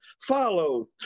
follow